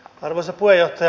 arvoisa puheenjohtaja